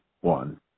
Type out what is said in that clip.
one